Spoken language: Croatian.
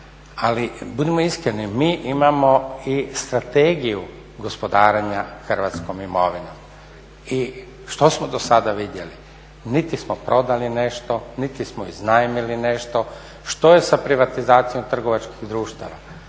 Ali budimo iskreni. Mi imamo i Strategiju gospodarenja hrvatskom imovinom. I što smo do sada vidjeli? Niti smo prodali nešto, niti smo iznajmili nešto. Što je sa privatizacijom trgovačkih društava?